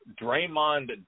Draymond